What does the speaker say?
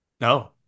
No